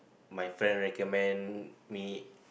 my friend recommend me